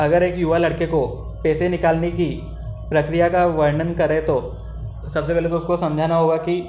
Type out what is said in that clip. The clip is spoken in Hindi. अगर एक युवा लड़के को पैसे निकालने की प्रक्रिया का वर्णन करें तो सबसे पहले तो उसको समझाना होगा कि